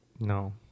No